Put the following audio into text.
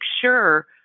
sure